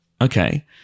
Okay